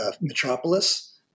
Metropolis